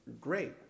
great